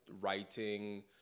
writing